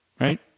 Right